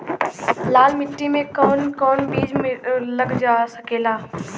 लाल मिट्टी में कौन कौन बीज लग सकेला?